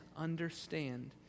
understand